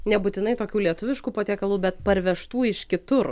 nebūtinai tokių lietuviškų patiekalų bet parvežtų iš kitur